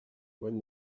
when